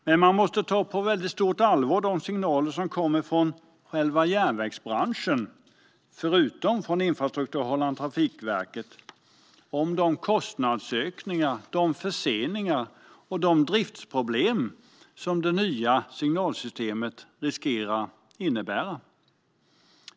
Men man måste ta på stort allvar de signaler som kommer från själva järnvägsbranschen, förutom från infrastrukturhållaren Trafikverket, om de kostnadsökningar, förseningar och driftproblem som det nya signalsystemet riskerar att innebära.